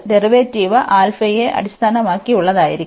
derivative യെ അടിസ്ഥാനമാക്കിയുള്ളതായിരിക്കും